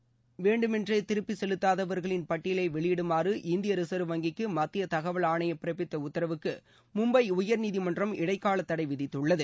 வங்கிகளில் கடன் பெற்று வேண்டும் என்றே திருப்பி செலுத்தாதவர்களின் பட்டியலை வெளியிடுமாறு இந்திய ரிசர்வ் வங்கிக்கு மத்திய தகவல் ஆணையம் பிறப்பித்த உத்தரவுக்கு மும்பை உயர்நீதிமன்றம் இடைக்காலத்தடை விதித்துள்ளது